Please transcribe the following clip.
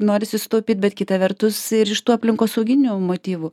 norisi sutaupyt bet kita vertus ir iš tų aplinkosauginių motyvų